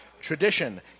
tradition